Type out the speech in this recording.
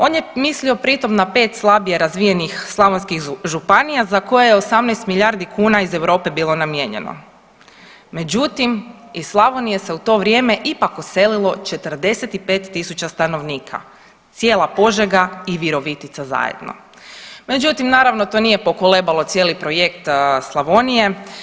On je mislio pri tom na 5 slabije razvijenih slavonskih županija za koje je 18 milijardi kuna iz Europe bilo namijenjeno, međutim iz Slavonije se u to vrijeme ipak odselilo 45.000 stanovnika, cijela Požega i Virovitica zajedno, međutim naravno to nije pokolebalo cijeli projekt Slavonije.